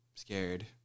Scared